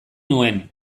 nuen